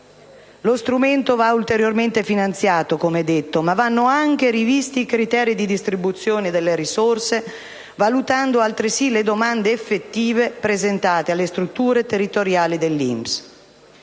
Lo strumento va ulteriormente finanziato, come detto, ma vanno anche rivisti i criteri di distribuzione delle risorse, valutando altresì le domande effettive presentate alle strutture territoriali dell'INPS.